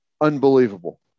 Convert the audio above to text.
unbelievable